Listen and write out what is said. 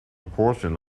portion